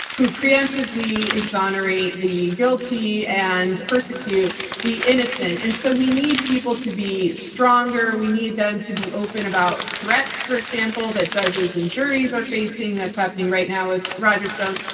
who preemptively exonerate the guilty and persecute the innocent. and so we need people to be stronger, we need them to be open about threats for example, that judges and juries are facing-that's happening right now with roger stone.